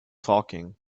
talking